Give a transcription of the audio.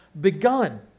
begun